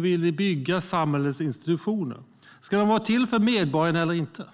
vill vi bygga samhällets institutioner? Ska de vara till för medborgarna eller inte?